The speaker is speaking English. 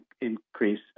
increase